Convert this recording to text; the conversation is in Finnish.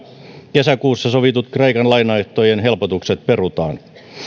kesäkuussa sovitut kreikan lainaehtojen helpotukset perutaan